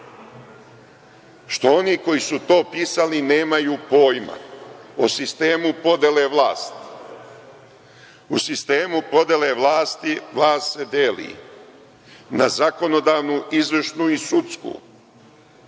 Što oni koji su to pisali nemaju pojma o sistemu podele vlasti. U sistemu podele vlasti vlast se deli na zakonodavnu, izvršnu i sudsku,